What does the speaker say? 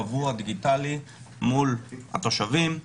קבוע ודיגיטלי מול התושבים.